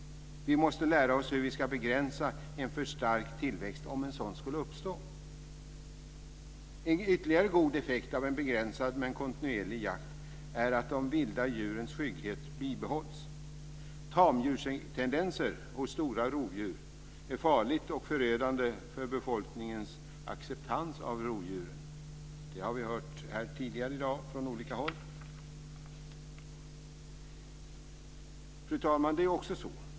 Vi måste lära oss hur vi ska begränsa en för stark tillväxt om en sådan skulle uppstå. En ytterligare god effekt av en begränsad men kontinuerlig jakt är att de vilda djurens skygghet bibehålls. Tamdjurstendenser hos stora rovdjur är farligt och förödande för befolkningens acceptans av rovdjuren. Det har vi hört här tidigare i dag från olika håll. Fru talman!